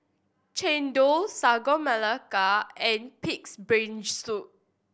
Chendol Sagu Melaka and Pig's Brain Soup